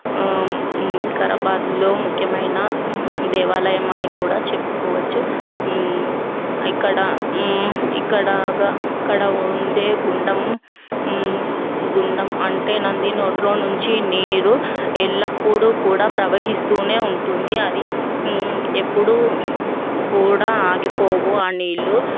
వికారాబాద్లో ముఖ్యమైన దేవాలయం అని కూడా చెప్పుకోవచ్చు ఇక్కడ ఇక్కడగ ఇక్కడ ఉండే గుండము గుండం అంటే నంది నోట్లో నుంచి నీరు ఎల్లప్పుడూ కూడా ప్రవహిస్తూనే ఉంటుంది అది ఎప్పుడు కూడా ఆగిపోవు ఆ నీళ్లు